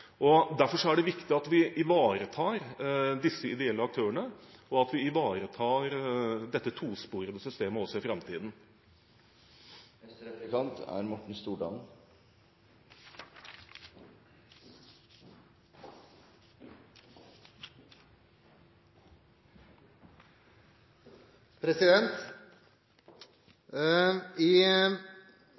drivkraft. Derfor er det viktig at vi ivaretar disse ideelle aktørene, og at vi ivaretar dette tosporede systemet også i framtiden. I